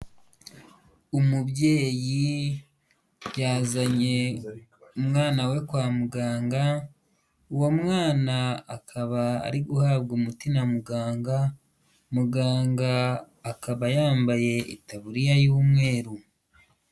Umubyeyi yazanye umwana we kwa muganga ;uwo mwana akaba ari guhabwa umutima na muganga ,muganga akaba yambaye itaburiya y'umweru.